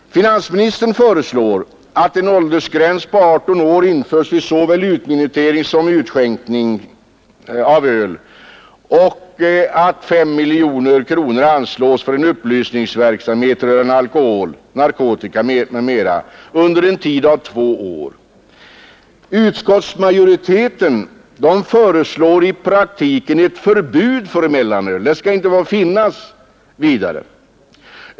Finansministern har föreslagit att en åldersgräns vid 18 år införs vid såväl utminutering som utskänkning av öl och att 5 miljoner kronor anslås för upplysningsverksamhet rörande alkohol, narkotika m.m. under en tid av två år. Utskottsmajoriteten föreslår i praktiken förbud för mellanöl. Det skall inte få säljas vidare.